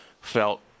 felt